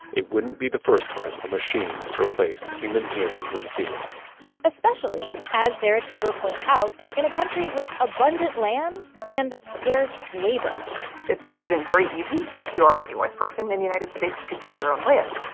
it wouldn't be the first time a machine has replaced human hands in the field especially, as sarah taber points out, in a country with abundant land and scarce labor it's always been very easy, if you are a white person in the united states, to get your own land,